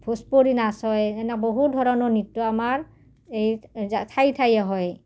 ভোজপৰি নাচ হয় এনে বহু ধৰণৰ নৃত্য আমাৰ এই ঠায়ে ঠায়ে হয়